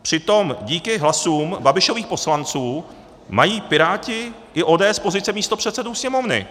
Přitom díky hlasům Babišových poslanců mají Piráti i ODS pozice místopředsedů Sněmovny.